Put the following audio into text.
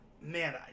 man